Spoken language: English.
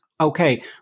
okay